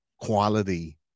quality